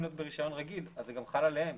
להיות ברישיון רגיל וזה גם חל עליהם.